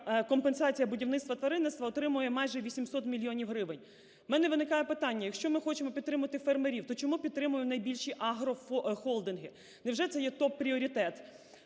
компенсація будівництва тваринництва отримує майже 800 мільйонів гривень. У мене виникає питання: якщо ми хочемо підтримати фермерів, то чому підтримуємо найбільші агрохолдинги? Невже це є топ-пріоритет?